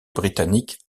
britannique